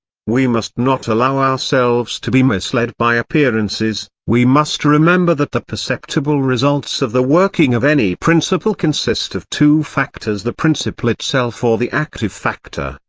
we must not allow ourselves to be misled by appearances we must remember that the perceptible results of the working of any principle consist of two factors the principle itself or the active factor,